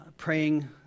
praying